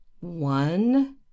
one